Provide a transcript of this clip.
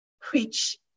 preach